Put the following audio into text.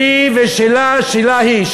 שלי ושלה, שלה היא.